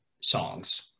songs